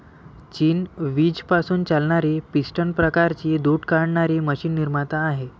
चीन वीज पासून चालणारी पिस्टन प्रकारची दूध काढणारी मशीन निर्माता आहे